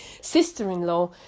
sister-in-law